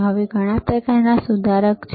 હવે ઘણા પ્રકારના સુધારક છે